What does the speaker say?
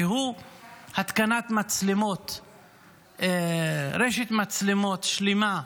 והוא התקנת רשת מצלמות שלמה,